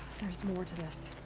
there's more to this.